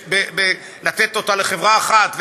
לתת אותה לחברה אחת,